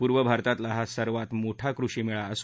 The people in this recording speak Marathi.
पूर्व भारतातला हा सर्वांत मोठा कृषीमेळा आहे